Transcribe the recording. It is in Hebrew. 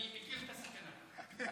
אני מכיר את הסכנה.